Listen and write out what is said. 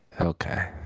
okay